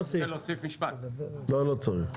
לא צריך.